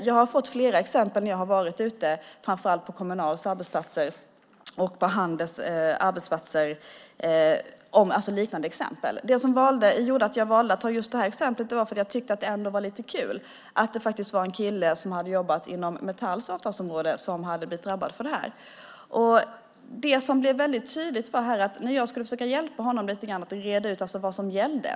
Jag har fått flera liknande exempel när jag har varit ute framför allt på Kommunals arbetsplatser och på Handels arbetsplatser. Det som gjorde att jag valde att ta just detta exempel var för att jag ändå tyckte att det var lite kul att det faktiskt var en kille som hade jobbat inom Metalls avtalsområde som hade blivit drabbad av detta. Jag skulle försöka hjälpa honom att reda ut vad som gällde.